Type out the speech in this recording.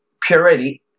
purity